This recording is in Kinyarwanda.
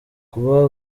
kuba